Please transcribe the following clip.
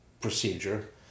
procedure